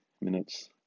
minutes